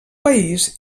país